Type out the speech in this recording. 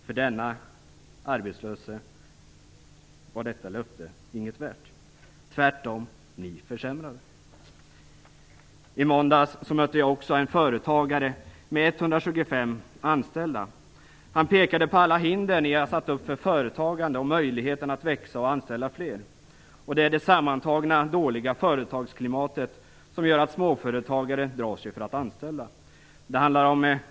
För denne arbetslöse var detta löfte inget värt, tvärtom försämrade ni. I måndags mötte jag också en företagare med 125 anställda. Han pekade på alla hinder ni satt upp för företagandet och möjligheten att växa och anställa fler. Det är det sammantagna dåliga företagsklimatet som gör att småföretagare drar sig för att anställa.